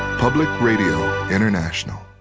public radio international.